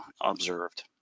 observed